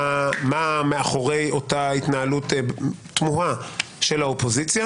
מאחורי אותה התנהלות תמוהה של האופוזיציה.